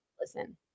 listen